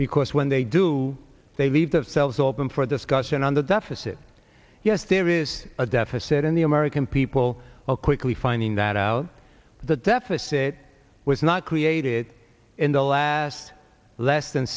because when they do they leave themselves open for a discussion on the deficit yes there is a deficit in the american people are quickly finding that out the deficit was not created in the last less than